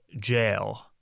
jail